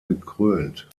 gekrönt